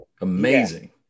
Amazing